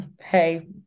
hey